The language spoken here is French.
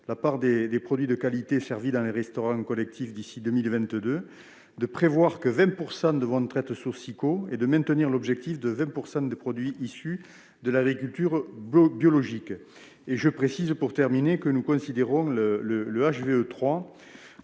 la part des produits de qualité servis dans les restaurants collectifs d'ici à 2022, de prévoir que 20 % devront être sous SIQO et de maintenir l'objectif de 20 % des produits issus de l'agriculture biologique. Je précise que nous considérons la